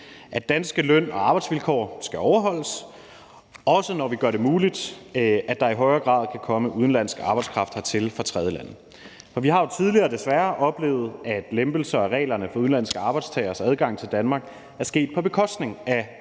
at danske løn- og arbejdsvilkår skal overholdes, også når vi gør det muligt, at der i højere grad kan komme udenlandsk arbejdskraft hertil fra tredjelande. Vi har jo desværre tidligere oplevet, at lempelser af reglerne for udenlandske arbejdstageres adgang til Danmark er sket på bekostning af